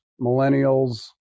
millennials